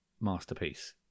masterpiece